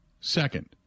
Second